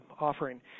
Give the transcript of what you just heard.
offering